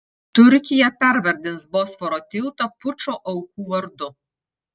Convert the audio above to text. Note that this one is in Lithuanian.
turkija pervardins bosforo tiltą pučo aukų vardu